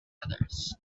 others